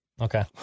Okay